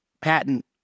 patent